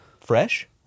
Fresh